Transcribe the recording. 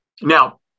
Now